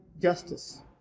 justice